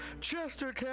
Chester